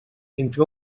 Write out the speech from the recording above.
entre